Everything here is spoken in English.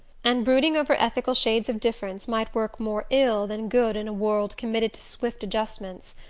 and brooding over ethical shades of difference might work more ill than good in a world committed to swift adjustments.